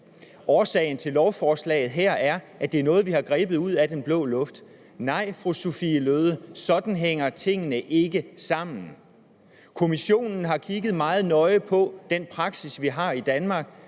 årsagen til lovforslaget her ud af den blå luft, vil jeg sige til fru Sophie Løhde: Nej, sådan hænger tingene ikke sammen. Kommissionen har kigget meget nøje på den praksis, vi har i Danmark,